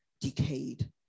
decayed